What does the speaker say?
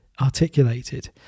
articulated